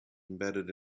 embedded